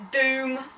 Doom